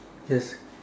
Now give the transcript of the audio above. yes